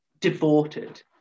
Devoted